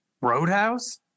roadhouse